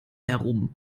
herum